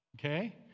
okay